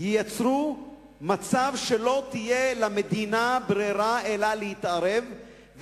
יצרו מצב שבו לא תהיה למדינה ברירה אלא להתערב,